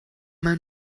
man